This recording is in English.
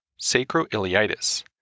sacroiliitis